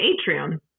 atrium